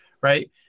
right